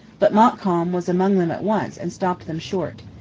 but montcalm was among them at once and stopped them short.